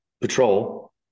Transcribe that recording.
patrol